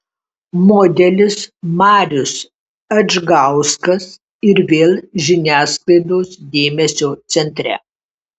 modelis marius adžgauskas ir vėl žiniasklaidos dėmesio centre